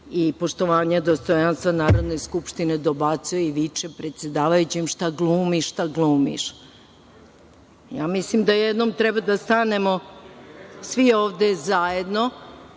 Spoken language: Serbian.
i poštovanja dostojanstva Narodne skupštine, dobacuje i viče predsedavajućem: „Šta glumiš, šta glumiš“.Mislim da jednom treba da stanemo svi ovde zajedno,